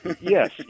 Yes